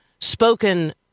spoken